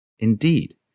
Indeed